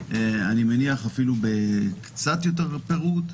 אני מניח, אפילו קצת יותר בפירוט.